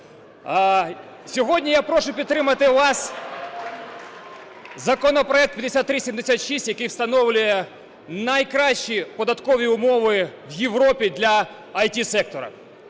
Сьогодні я прошу підтримати вас законопроект 5376, який встановлює найкращі податкові умови в Європі для ІТ-сектора.